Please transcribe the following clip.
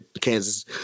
Kansas